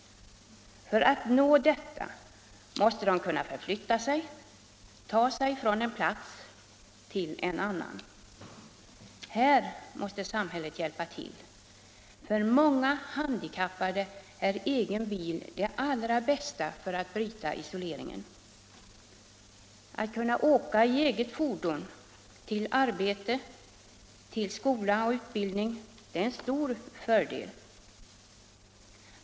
För att nå detta måste de kunna förflytta sig, ta sig från en plats till en annan. Här måste samhället hjälpa till. För många handikappade är egen bil det allra bästa för att bryta isoleringen. Att kunna åka i eget fordon till arbete, skola och utbildning är en stor fördel.